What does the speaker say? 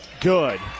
good